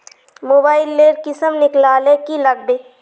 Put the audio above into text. Mobile लेर किसम निकलाले की लागबे?